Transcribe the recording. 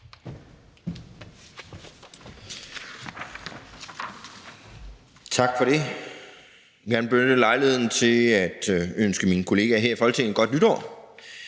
Tak for det. Jeg vil gerne benytte lejligheden til at ønske mine kollegaer her i Folketinget godt nytår.